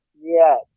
Yes